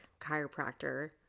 chiropractor